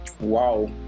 wow